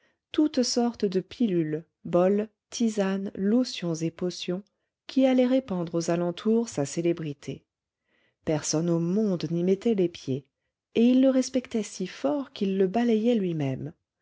toutes sortes de pilules bols tisanes lotions et potions qui allaient répandre aux alentours sa célébrité personne au monde n'y mettait les pieds et il le respectait si fort qu'il le balayait lui-même